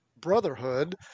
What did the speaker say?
brotherhood